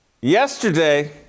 Yesterday